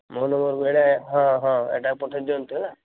ମୋ ନମ୍ବର୍ ବୋଲେ ହଁ ହଁ ଏଟାକୁ ପଠେଇ ଦିଅନ୍ତୁ ହେଲା